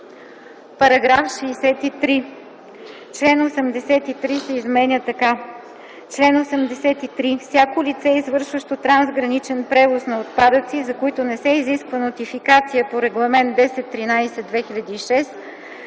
и 3.” § 63. Член 83 се изменя така: „Чл. 83. Всяко лице, извършващо трансграничен превоз на отпадъци, за които не се изисква нотификация по Регламент 1013/2006,